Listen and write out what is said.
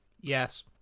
Yes